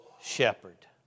shepherd